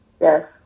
Yes